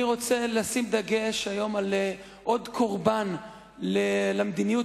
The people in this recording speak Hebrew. אני רוצה לשים דגש היום על עוד קורבן של המדיניות